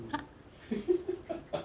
ha